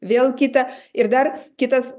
vėl kitą ir dar kitas